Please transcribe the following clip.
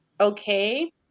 okay